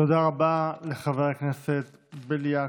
תודה רבה לחבר הכנסת בליאק.